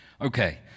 Okay